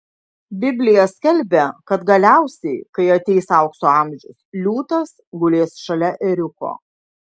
biblija skelbia kad galiausiai kai ateis aukso amžius liūtas gulės šalia ėriuko